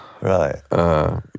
Right